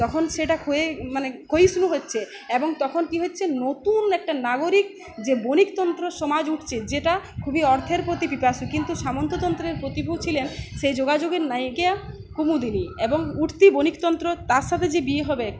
তখন সেটা খুয়ে মানে ক্ষয়িষ্ণু হচ্ছে এবং তখন কী হচ্ছে নতুন একটা নাগরিক যে বণিকতন্ত্র সমাজ উঠছে যেটা খুবই অর্থের প্রতি পিপাসু কিন্তু সামন্ততন্ত্রের প্রতিকূল ছিলেন সেই যোগাযোগের নায়িকা কে কুমুদিনই এবং উঠতি বণিক তন্ত্র তার সাথে যে বিয়ে হবে